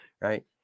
Right